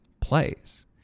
plays